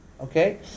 Okay